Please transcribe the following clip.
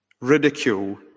ridicule